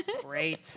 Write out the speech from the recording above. Great